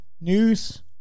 news